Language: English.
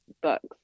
books